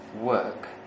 work